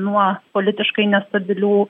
nuo politiškai nestabilių